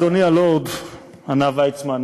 אדוני הלורד" ענה ויצמן,